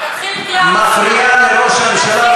תתחיל עם קריאה ראשונה,